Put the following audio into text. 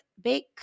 bake